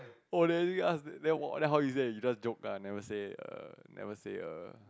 oh then ask then what then how you say you just joke ah never say err never say err